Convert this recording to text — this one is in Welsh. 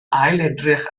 ailedrych